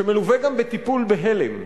שמלווה גם בטיפול בהלם,